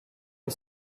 est